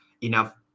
enough